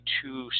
two